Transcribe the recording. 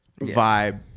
vibe